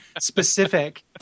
specific